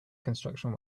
construction